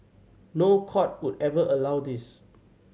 no court would ever allow this